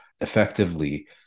effectively